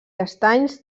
estanys